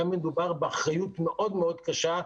כאן מדובר באחריות מאוד מאוד קשה,